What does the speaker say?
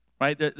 right